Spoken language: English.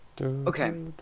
Okay